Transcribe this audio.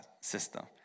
System